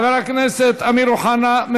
חבר הכנסת אמיר אוחנה,